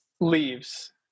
leaves